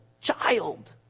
child